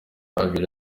abiri